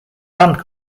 band